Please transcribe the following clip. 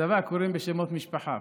בצבא קוראים בשמות משפחה,